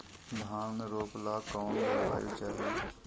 धान रोप ला कौन जलवायु चाही?